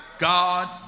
God